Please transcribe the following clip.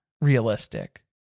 realistic